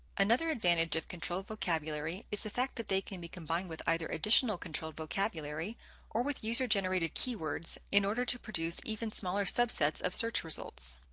another advantage of controlled vocabulary is the fact that they can be combined with either additional controlled vocabulary or with user-generated keywords in order to produce even smaller subsets of search results.